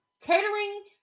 Catering